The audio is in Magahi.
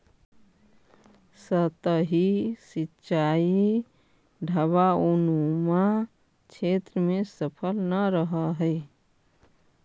सतही सिंचाई ढवाऊनुमा क्षेत्र में सफल न रहऽ हइ